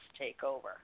takeover